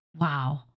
wow